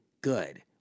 good